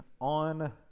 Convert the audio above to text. on